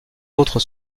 autres